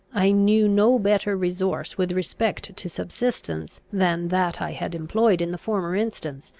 i knew no better resource with respect to subsistence than that i had employed in the former instance,